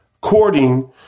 courting